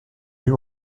plus